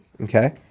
okay